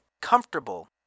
comfortable